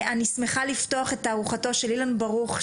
אני שמחה לפתוח את תערוכתו של אילן ברוך,